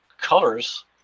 colors